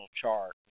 chart